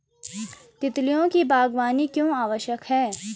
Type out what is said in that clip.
तितलियों की बागवानी क्यों आवश्यक है?